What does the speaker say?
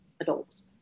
adults